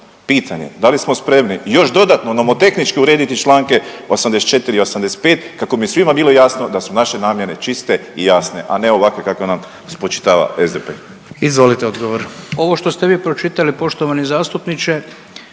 Pitanje, da li smo spremni još dodatno nomotehnički urediti čl. 84. i 85. kako bi svima bilo jasno da su naše namjere čiste i jasne, a ne ovakve kakve nam spočitava SDP. **Jandroković, Gordan (HDZ)** Izvolite odgovor. **Butković,